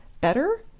better?